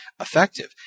effective